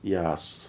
yes